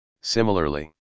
similarly